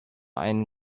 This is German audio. einen